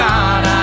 God